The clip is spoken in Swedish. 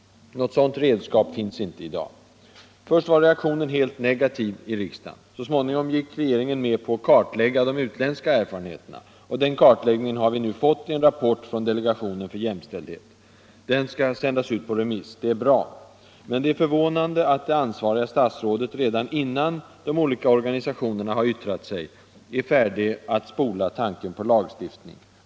Något sådant redskap finns inte i dag. Till att börja med var reaktionen helt negativ i riksdagen. Så småningom gick regeringen med på att kartlägga de utländska erfarenheterna, och den kartläggningen har vi nu fått i en rapport från delegationen för jämställdhet. Den skall sändas ut på remiss. Det är bra. Men det är förvånande att det ansvariga statsrådet redan innan de olika organisationerna har yttrat sig var färdig att spola tanken på lagstiftning.